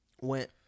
went